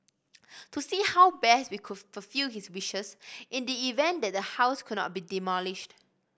to see how best we could fulfil his wishes in the event that the house could not be demolished